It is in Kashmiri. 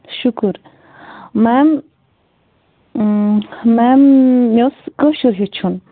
شُکُر میم میم مےٚ اوس کٲشُر ہیچھُن